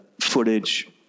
footage